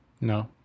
No